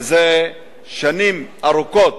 וזה שנים ארוכות